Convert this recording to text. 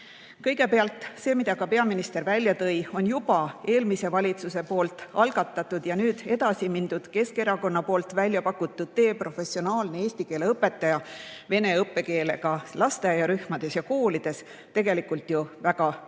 tee. Kõigepealt: see, mida ka peaminister välja tõi, on juba eelmise valitsuse algatatud ja nüüd edasi arendatud Keskerakonna poolt välja pakutud tee. Professionaalne eesti keele õpetaja vene õppekeelega lasteaiarühmades ja koolides on tegelikult väga mõistlik